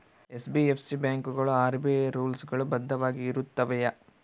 NBFC ಬ್ಯಾಂಕುಗಳು RBI rules ಗಳು ಬದ್ಧವಾಗಿ ಇರುತ್ತವೆಯ?